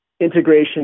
Integration